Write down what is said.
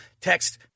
Text